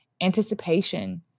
anticipation